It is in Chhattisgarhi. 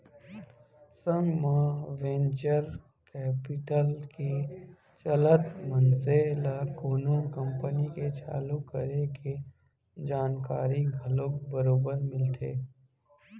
संग म वेंचर कैपिटल के चलत मनसे ल कोनो कंपनी के चालू करे के जानकारी घलोक बरोबर मिलथे